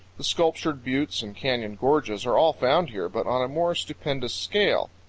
the sculptured buttes and canyon gorges, are all found here, but on a more stupendous scale.